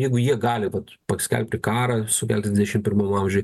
jeigu jie gali vat paskelbti karą sukelti dvidešim pirmam amžiuj